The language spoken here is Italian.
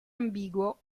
ambiguo